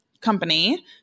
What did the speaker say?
company